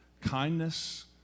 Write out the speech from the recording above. kindness